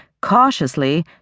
cautiously